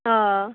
অঁ